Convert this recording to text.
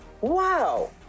Wow